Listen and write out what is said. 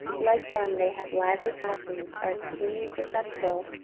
like them they have lively passions, are extremely susceptible,